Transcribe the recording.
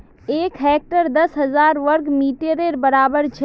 एक हेक्टर दस हजार वर्ग मिटरेर बड़ाबर छे